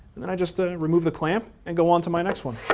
and i just ah remove the clamp and go on to my next one.